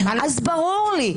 אז ברור לי.